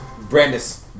Brandis